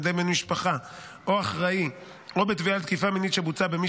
ידי בן משפחה או אחראי או בתביעה על תקיפה מינית שבוצעה במי